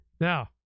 now